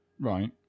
Right